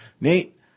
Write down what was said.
Nate